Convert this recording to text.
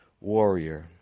warrior